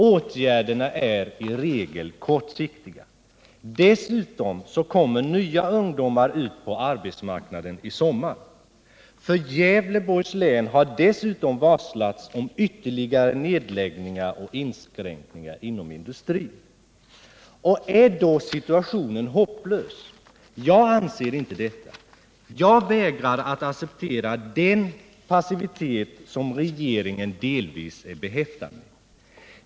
Åtgärderna är i regel kortsiktiga. Dessutom kommer nya ungdomar ut på arbetsmarknaden i sommar. För Gävleborgs län har dessutom varslats:om ytterligare nedläggningar och inskränkningar inom industrin. Är då situationen hopplös? Jag anser inte det. Jag vägrar att acceptera den passivitet som delvis präglar regeringen.